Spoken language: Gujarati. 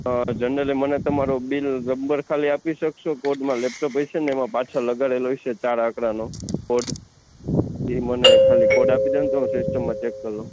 જનરલી મને તમારો બિલ નંબર ખાલી આપી શક્સો કોડમાં લેપટોપ હશેને એમાં પાછળ લગાવેલો હશે ચાર આંકડાનો કોડ એ મને ખાલી કોડ આપી દો ને તો હું સિસ્ટમમાં ચેક કરી લઉં